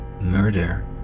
Murder